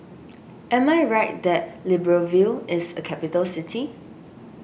am I right that Libreville is a capital city